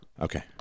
Okay